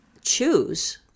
choose